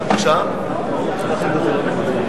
ובכן,